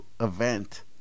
event